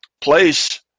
place